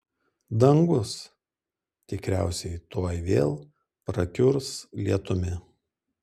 dangus tikriausiai tuoj vėl prakiurs lietumi